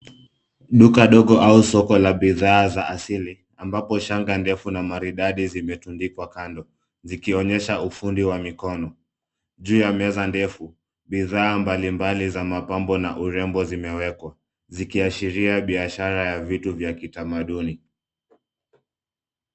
Duka dogo au soko la bidhaa za asili, ambapo shanga ndefu na maridadi zimetundikwa kando, zikionyesha ufundi wa mikono. Juu ya meza ndefu, bidhaa mbalimbali za mapambo na urembo zimewekwa, zikiashiria biashara ya vitu vya kitamaduni.